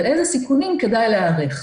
ולאיזה סיכונים כדאי להיערך.